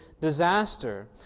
disaster